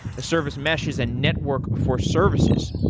a service mesh is a network for services.